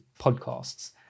podcasts